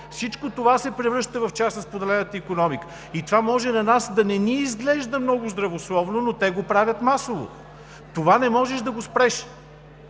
всичко това се превръща в част от споделената икономика. Това може да не ни изглежда много здравословно, но те го правят масово. Това не можеш да го спреш,